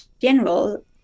general